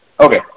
okay